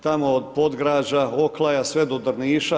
Tamo od Podgrađa, Oklaja, sve do Drniša.